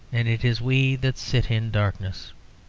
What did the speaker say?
and it is we that sit in darkness.